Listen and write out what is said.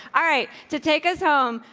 all right to take us home,